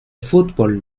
fútbol